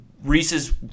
Reese's